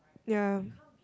ya